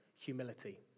humility